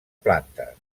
plantes